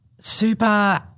super